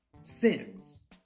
sins